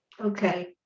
Okay